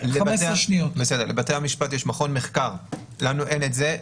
לבתי המשפט יש מכון מחקר, לנו אין את זה.